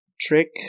Trick